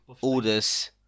orders